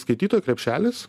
skaityto krepšelis